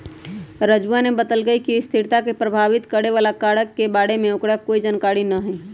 राजूवा ने बतल कई कि स्थिरता के प्रभावित करे वाला कारक के बारे में ओकरा कोई जानकारी ना हई